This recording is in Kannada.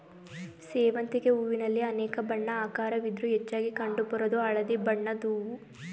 ಸೇವಂತಿಗೆ ಹೂವಿನಲ್ಲಿ ಅನೇಕ ಬಣ್ಣ ಆಕಾರವಿದ್ರೂ ಹೆಚ್ಚಾಗಿ ಕಂಡು ಬರೋದು ಹಳದಿ ಬಣ್ಣದ್ ಹೂವು